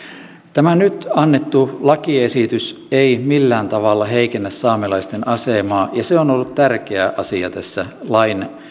tämä nyt annettu lakiesitys ei millään tavalla heikennä saamelaisten asemaa ja se on ollut tärkeä asia tässä